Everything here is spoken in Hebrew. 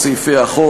ההסתייגויות.